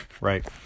right